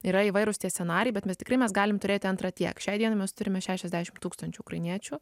yra įvairūs tie scenarijai bet mes tikrai mes galime turėti antra tiek šiai dienai mes turime šešiasdešim tūkstančių ukrainiečių